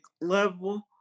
level